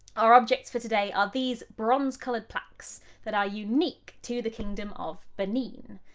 our objects for today are these bronze-coloured plaques that are unique to the kingdom of benin.